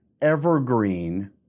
evergreen